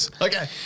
Okay